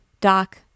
Doc